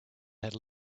had